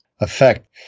effect